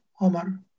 Omar